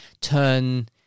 turn